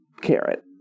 carrot